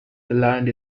land